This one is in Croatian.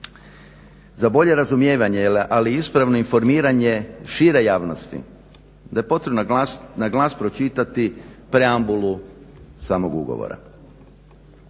za bolje razumijevanje ali i ispravno informiranje šire javnosti da je potrebno na glas pročitati preambulu samog ugovora.